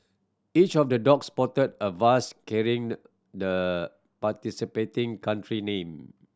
each of the dog sported a vest carrying the participating country name